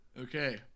okay